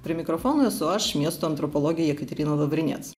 prie mikrofono esu aš miesto antropologė jekaterina lavrinec